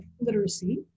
Literacy